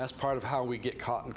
that's part of how we get caught and